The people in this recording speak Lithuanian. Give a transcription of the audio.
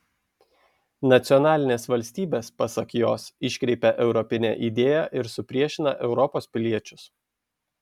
nacionalinės valstybės pasak jos iškreipia europinę idėją ir supriešina europos piliečius